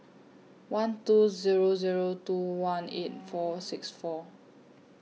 one two Zero Zero two one eight four six four